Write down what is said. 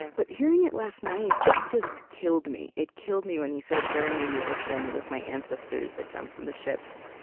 but hearing it last night, it just killed me. it killed me when he says, bury me in the ocean with my ancestors that jumped from the ships,